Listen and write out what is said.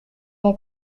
ont